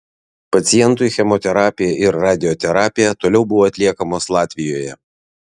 pacientui chemoterapija ir radioterapija toliau buvo atliekamos latvijoje